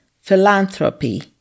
philanthropy